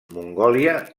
mongòlia